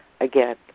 again